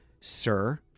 Sir